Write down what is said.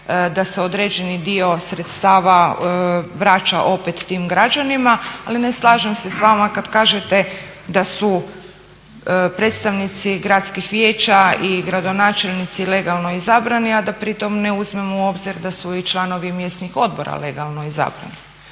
da se određeni dio sredstava vraća opet tim građanima ali ne slažem se s vama kada kažete da su predstavnici gradskih vijeća i gradonačelnici legalno izabrani a da pri tome ne uzmemo u obzir da su i članovi mjesnih odbora legalno izabrani.